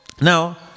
Now